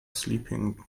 sleeping